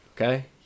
okay